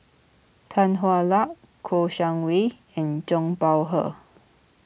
Tan Hwa Luck Kouo Shang Wei and Zhang Bohe